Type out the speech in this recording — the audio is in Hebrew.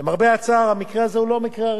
למרבה הצער, המקרה הזה הוא לא המקרה הראשון,